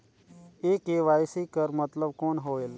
ये के.वाई.सी कर मतलब कौन होएल?